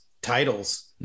titles